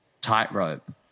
tightrope